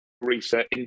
research